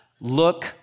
look